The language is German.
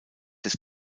des